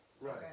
Right